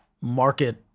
market